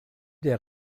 der